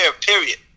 period